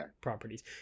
properties